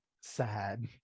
sad